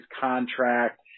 contract